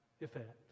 effect